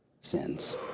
sins